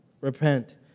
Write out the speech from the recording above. Repent